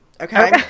Okay